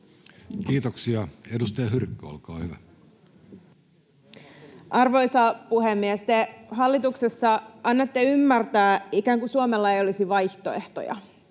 Kiitoksia. — Edustaja Hyrkkö, olkaa hyvä. Arvoisa puhemies! Te hallituksessa annatte ymmärtää, että ikään kuin Suomella ei olisi vaihtoehtoja,